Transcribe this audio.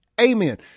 Amen